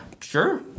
Sure